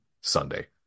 Sunday